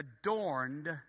adorned